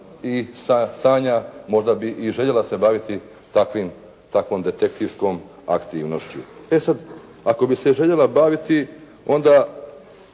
i sanja, možda bi i željela se baviti takvom detektivskom aktivnošću. E sada, ako bi se i željela baviti, onda